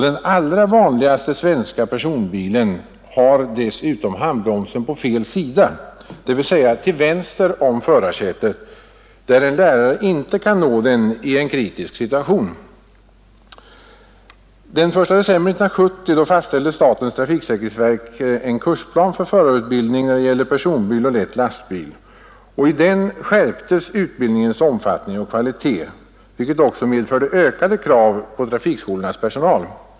Den allra vanligaste svenska personbilen har dessutom handbromsen ”på fel sida”, dvs. till vänster om förarsätet, där en lärare inte kan nå den i en kritisk situation. Den 1 december 1970 fastställde statens trafiksäkerhetsverk ”Kursplan för förarutbildning — personbil/lätt lastbil”. I den skärptes fordringarna på utbildningens omfattning och kvalitet, vilket också medförde ökade krav på trafikskolornas personal.